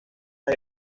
hay